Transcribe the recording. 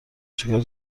چیکار